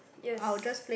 yes